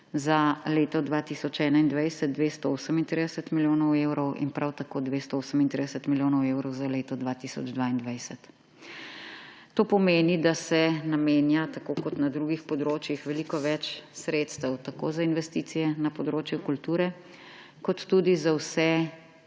za leto 2021 238 milijonov evrov in prav tako 238 milijonov evrov za leto 2022. To pomeni, da se namenja, tako kot na drugih področjih, veliko več sredstev tako za investicije na področju kulture kot tudi za vse